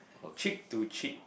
cheek to cheek